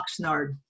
Oxnard